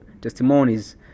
testimonies